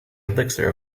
elixir